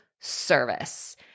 service